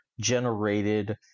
generated